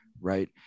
right